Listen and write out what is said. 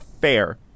fair